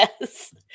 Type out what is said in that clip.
Yes